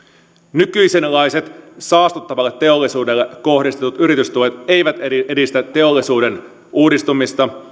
nykyisenlaiset saastuttavalle teollisuudelle kohdistetut yritystuet eivät edistä teollisuuden uudistumista